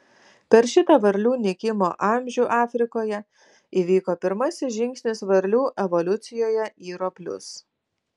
per šitą varlių nykimo amžių afrikoje įvyko pirmasis žingsnis varlių evoliucijoje į roplius